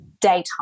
daytime